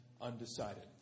undecided